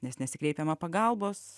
nes nesikreipiama pagalbos